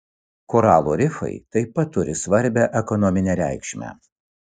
koralų rifai taip pat turi svarbią ekonominę reikšmę